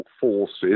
forces